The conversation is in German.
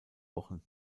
wochen